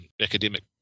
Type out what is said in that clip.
academic